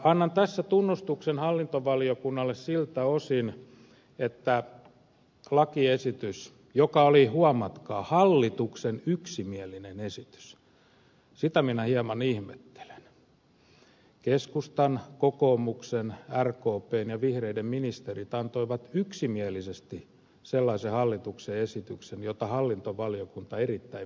annan tässä tunnustuksen hallintovaliokunnalle siltä osin että lakiesitystä joka oli huomatkaa hallituksen yksimielinen esitys mitä minä hieman ihmettele keskustan kokoomuksen rkpn ja vihreiden ministerit antoivat yksimielisesti sellaisen hallituksen esityksen hallintovaliokunta erittäin merkittävästi muutti